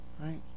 Right